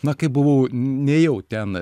na kaip buvau nejau ten